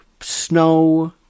snow